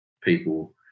people